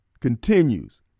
Continues